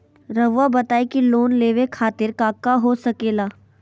रउआ बताई की लोन लेवे खातिर काका हो सके ला?